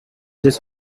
this